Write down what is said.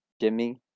Jimmy